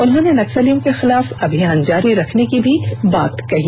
उन्होंने नक्सलियों के खिलाफ अभियान जारी रखने की बात भी कही